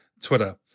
Twitter